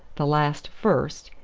the last first,